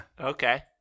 Okay